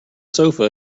sofa